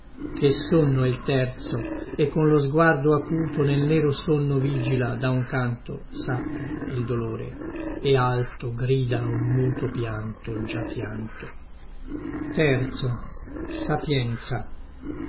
chè sonno è il terzo e con lo sguardo acuto nel nero sonno vigila da un canto sappi il dolore e alto grida un muto pianto già pianto